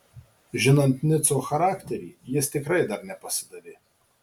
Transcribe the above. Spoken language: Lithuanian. žinant nico charakterį jis tikrai dar nepasidavė